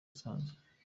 zisanzwe